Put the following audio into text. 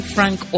Frank